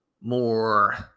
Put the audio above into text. more